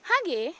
ಹಾಗೇ